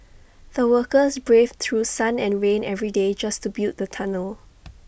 the workers braved through sun and rain every day just to build the tunnel